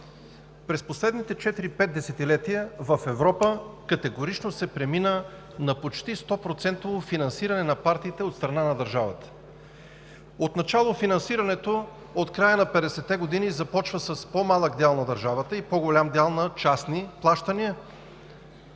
През последните четири-пет десетилетия в Европа категорично се премина на почти 100-процентово финансиране на партиите от страна на държавата. Отначало финансирането – от края на 50-те години – започва с по-малък дял на държавата и по-голям дял на частни плащания,